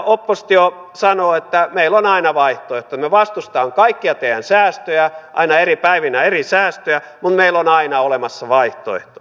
oppositio sanoo että meillä on aina vaihtoehto me vastustamme kaikkia teidän säästöjä aina eri päivinä eri säästöjä mutta meillä on aina olemassa vaihtoehto